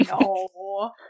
No